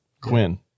Quinn